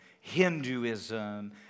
Hinduism